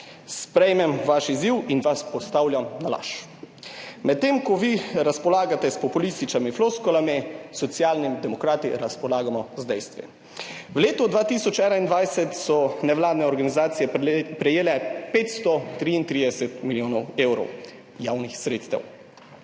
Sprejmem vaš izziv in vas postavljam na laž. Medtem ko vi razpolagate s populističnimi floskulami, Socialni demokrati razpolagamo z dejstvi. V letu 2021 so nevladne organizacije prejele 533 milijonov evrov javnih sredstev.